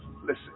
listen